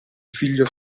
figlio